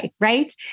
right